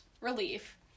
Relief